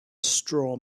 straw